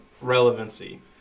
relevancy